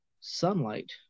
sunlight